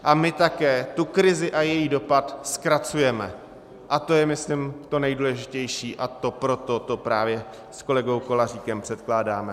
A my také tu krizi a její dopad zkracujeme, to je myslím to nejdůležitější, a proto to právě s kolegou Koláříkem předkládáme.